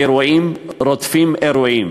אירועים רודפים אירועים.